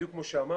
בדיוק כמו אמרת,